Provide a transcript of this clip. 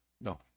No